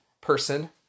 person